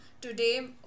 today